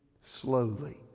slowly